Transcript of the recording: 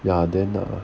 ya then err